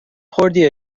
خوردی